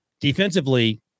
Defensively